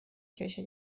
کشه